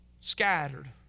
scattered